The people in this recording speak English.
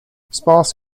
sparse